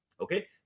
Okay